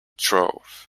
trove